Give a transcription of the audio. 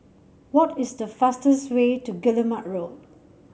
what is the fastest way to Guillemard Road